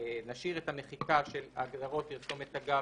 נשאיר את המחיקה של ההגדרות "פרסומת אגב",